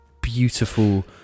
beautiful